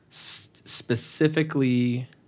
specifically